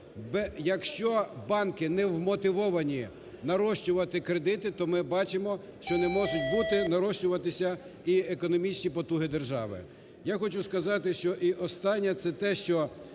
якщо банки не вмотивовані нарощувати кредити, то ми бачимо, що не можуть бути нарощуватися і економічні потуги держави.